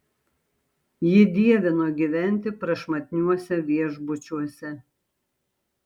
ji dievino gyventi prašmatniuose viešbučiuose